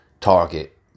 target